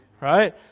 Right